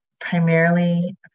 primarily